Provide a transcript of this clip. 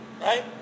Right